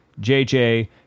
JJ